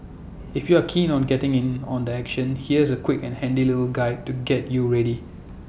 if you're keen on getting in on the action here's A quick and handy little guide to get you ready